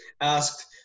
asked